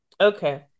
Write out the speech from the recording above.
Okay